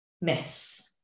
Miss